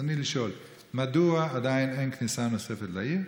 רצוני לשאול: 1. מדוע עדיין אין כניסה נוספת לעיר?